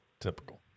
Typical